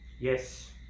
Yes